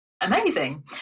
amazing